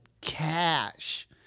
cash